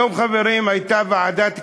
היום, חברים, הייתה ישיבת ועדת הכספים,